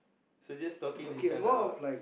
so just talking to each other out